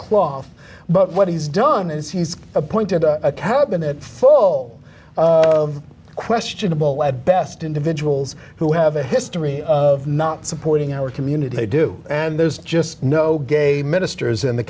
cloth but what he's done is he's appointed a cabinet full of questionable at best individuals who have a history of not supporting our community they do and there's just no gay ministers in the